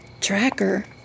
Tracker